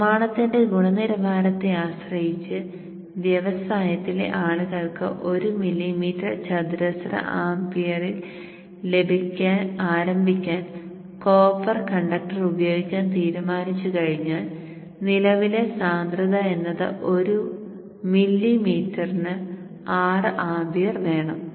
നിർമ്മാണത്തിന്റെ ഗുണനിലവാരത്തെ ആശ്രയിച്ച് വ്യവസായത്തിലെ ആളുകൾക്ക് ഒരു മില്ലിമീറ്റർ ചതുരശ്ര amp യിൽ ആരംഭിക്കാൻ കോപ്പർ കണ്ടക്ടർ ഉപയോഗിക്കാൻ തീരുമാനിച്ചു കഴിഞ്ഞാൽ നിലവിലെ സാന്ദ്രത എന്നത് ഒരു മില്ലീമീറ്ററിന് 6 ആംപിയർ വേണം